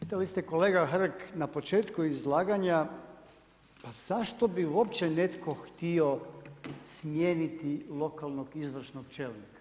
Pitali ste kolega Hrg na početku izlaganja, zašto bi uopće netko htio smijeniti lokalnog izvršnog čelnika.